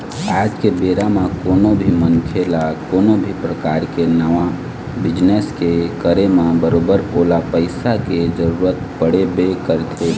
आज के बेरा म कोनो भी मनखे ल कोनो भी परकार के नवा बिजनेस के करे म बरोबर ओला पइसा के जरुरत पड़बे करथे